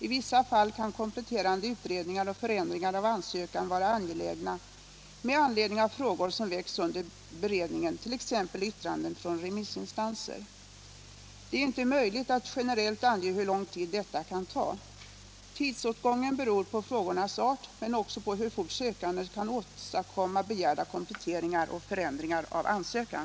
I vissa fall kan kompletterande utredningar och förändringar av ansökan vara angelägna med anledning av frågor som väcks under beredningen, t.ex. i yttranden från remissinstanser. Det är inte möjligt att generellt ange hur lång tid detta kan ta. Tidsåtgången beror på frågornas art, men också på hur fort sökanden kan åstadkomma begärda kompletteringar och förändringar av ansökan.